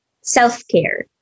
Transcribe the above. self-care